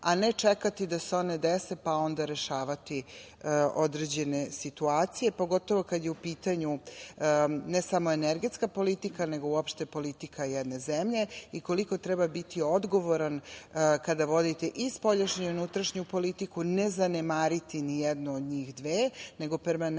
a ne čekati da se one dese pa onda rešavati određene situacije, pogotovo kada je u pitanju ne samo energetska politika, nego uopšte politika jedne zemlje i koliko treba biti odgovoran kada vodite i spoljašnju i unutrašnju politiku, ne zanemariti ni jednu od njih dve, nego permanentno